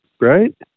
right